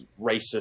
racist